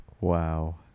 Wow